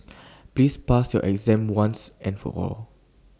please pass your exam once and for all